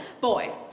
Boy